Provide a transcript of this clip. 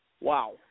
Wow